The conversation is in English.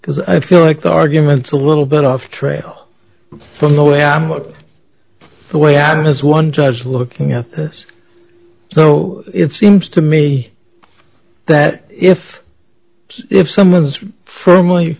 because i feel like the argument a little bit of trail from the way i'm about the way i was one just looking at this so it seems to me that if if someone is firmly